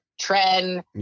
Trend